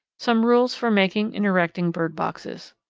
some rules for making and erecting bird boxes.